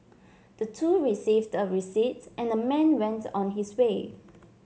the two received a receipt and the man went on his way